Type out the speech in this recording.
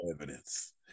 evidence